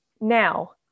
Now